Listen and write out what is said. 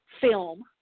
film